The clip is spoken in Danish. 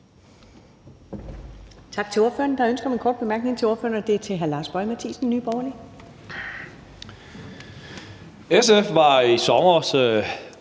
SF var i sommer